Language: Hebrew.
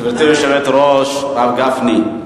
גברתי היושבת-ראש, מר גפני,